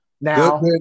Now